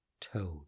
toad